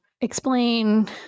explain